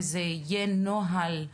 וזה יהיה נוהל.